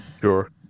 Sure